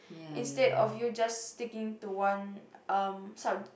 instead of you just sticking to one um sub